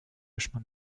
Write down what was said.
chemins